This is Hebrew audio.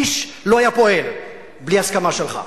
איש לא היה פועל בלי הסכמה שלך.